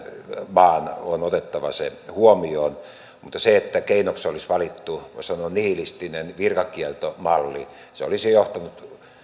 maan on otettava se huomioon mutta se että keinoksi olisi valittu voi sanoa nihilistinen virkakieltomalli olisi johtanut